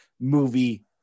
movie